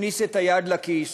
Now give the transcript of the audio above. תכניס את היד לכיס